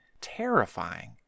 terrifying